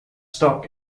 stock